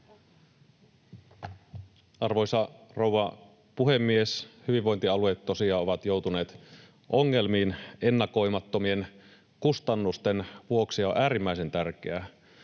Arvoisa rouva puhemies! Hyvinvointialueet tosiaan ovat joutuneet ongelmiin ennakoimattomien kustannusten vuoksi, ja on äärimmäisen tärkeää,